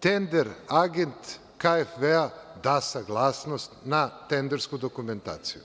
tender-agent „KfW-a“ da saglasnost na tendersku dokumentaciju.